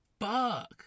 Fuck